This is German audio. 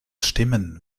stimmen